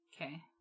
Okay